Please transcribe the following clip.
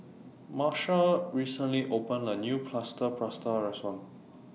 Marsha recently opened A New Plaster Prata Restaurant